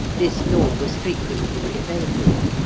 this law was frequently evaded.